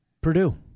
Purdue